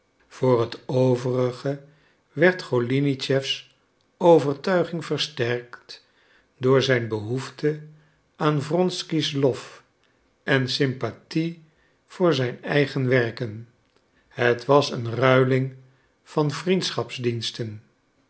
voor het overige werd golinitschefs overtuiging versterkt door zijn behoefte aan wronsky's lof en sympathie voor zijn eigen werken het was een ruiling van